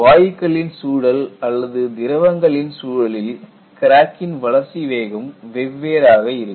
வாயுக்களின் சூழல் அல்லது திரவங்களின் சூழலில் கிராக்க்கின் வளர்ச்சி வேகம் வெவ்வேறாக இருக்கும்